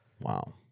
Wow